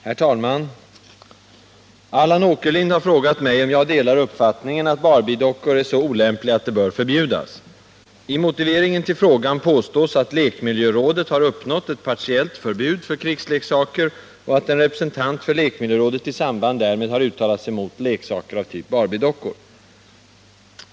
Herr talman! Allan Åkerlind har frågat mig om jag delar uppfattningen att Barbie-dockor är så olämpliga att de bör förbjudas. I motiveringen till frågan påstås att lekmiljörådet har uppnått ett partiellt förbud mot krigsleksaker och att en representant för lekmiljörådet i samband därmed har uttalat sig mot leksaker av typ Barbie-dockor.